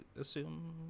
assume